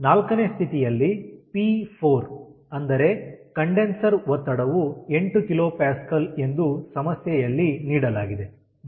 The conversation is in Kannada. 4ನೇ ಸ್ಥಿತಿಯಲ್ಲಿ ಪಿ4 ಅಂದರೆ ಕಂಡೆನ್ಸರ್ ಒತ್ತಡವು 8kpa ಎಂದು ಸಮಸ್ಯೆಯಲ್ಲಿ ನೀಡಲಾಗಿದೆ ಮತ್ತು ಎಕ್ಸ್ ಅನ್ನು ನೀಡಲಾಗಿದೆ